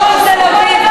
דרום תל-אביב.